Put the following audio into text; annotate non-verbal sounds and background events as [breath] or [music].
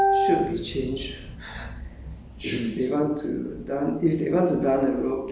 um but anyway they s~ should be changed [breath]